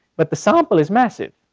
but the sample is massive,